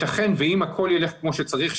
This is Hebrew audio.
יתכן ואם הכול ילך כמו שצריך,